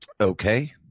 Okay